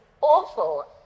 awful